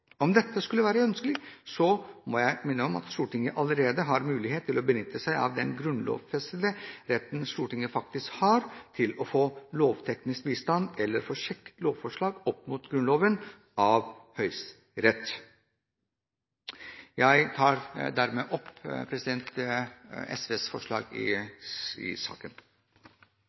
Om dette skulle være ønskelig, må jeg minne om at Stortinget allerede har mulighet til å benytte seg av den grunnlovfestede retten Stortinget faktisk har til å få lovteknisk bistand eller få sjekket lovforslag opp mot Grunnloven av Høyesterett. Jeg tar hermed opp mitt forslag i saken.